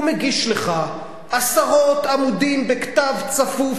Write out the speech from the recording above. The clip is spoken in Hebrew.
הוא מגיש לך עשרות עמודים בכתב צפוף,